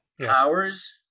...powers